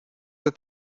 the